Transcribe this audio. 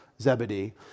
Zebedee